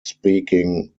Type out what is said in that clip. speaking